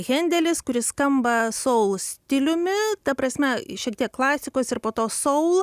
hendelis kuris skamba soul stiliumi ta prasme šiek tiek klasikos ir po to soul